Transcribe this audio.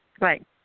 Right